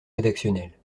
rédactionnels